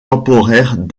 temporaires